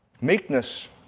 Meekness